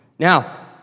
Now